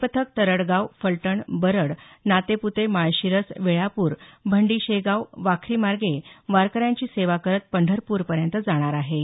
हे पथक तरडगाव फलटण बरड नातेपुते माळशिरस वेळापूर भंडी शेगाव वाखरी मार्गे वारकऱ्यांची सेवा करत पंढरपूरपर्यंत जाणार आहे